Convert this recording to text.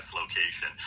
location